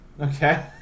Okay